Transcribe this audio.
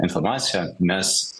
informaciją mes